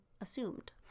assumed